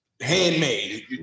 handmade